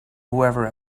whoever